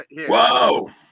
Whoa